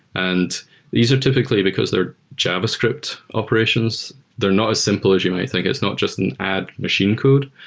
and these are typically because they're javascript operations, they're not as simple as you might think. it's not just an add machine code,